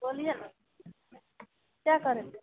बोलिए ना क्या करेंगे